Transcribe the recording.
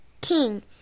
king